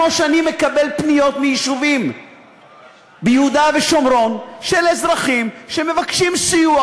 כמו שאני מקבל פניות מיישובים ביהודה ושומרון של אזרחים שמבקשים סיוע,